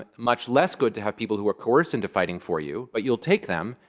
and much less good to have people who are coerced into fighting for you. but you'll take them,